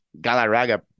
Galarraga